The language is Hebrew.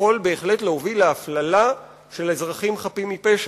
יכול בהחלט להוביל להפללה של אזרחים חפים מפשע.